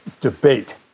debate